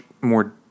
more